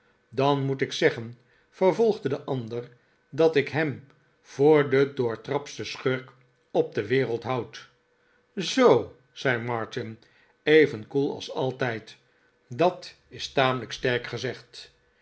dan moet ik zeggen vervolgde de ander dat ik hem voor den doortraptsten schurk op de wereld houd zoo zei martin even koel als altijd dat is tamelijk sterk gezegd